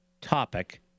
topic